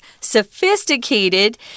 sophisticated